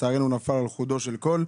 שלצערנו נפל על חודו של קול,